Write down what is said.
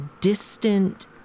distant